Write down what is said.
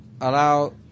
allow –